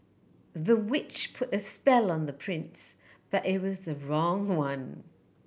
the witch put a spell on the prince but it was the wrong one